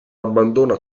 abbandona